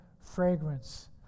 fragrance